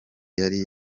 yari